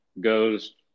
goes